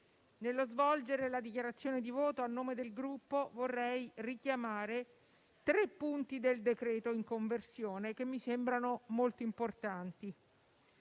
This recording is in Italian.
nello svolgere la dichiarazione di voto a nome del Gruppo, vorrei richiamare tre punti del decreto-legge in conversione, che mi sembrano molto importanti.